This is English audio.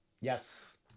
Yes